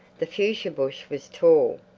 the fuchsia bush was tall.